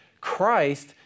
Christ